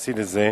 שתתייחסי לזה: